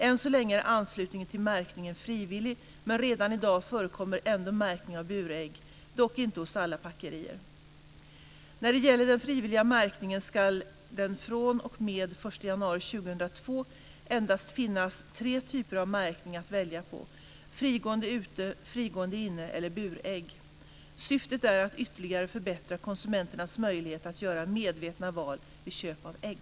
Än så länge är anslutningen till märkningen frivillig, men redan i dag förekommer ändå märkning av burägg, dock inte hos alla packerier. När det gäller den frivilliga märkningen ska det fr.o.m. den 1 januari 2002 endast finnas tre typer av märkning att välja på - frigående ute, frigående inne eller burägg. Syftet är att ytterligare förbättra konsumentens möjligheter att göra medvetna val vid köp av ägg.